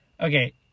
okay